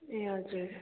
ए हजुर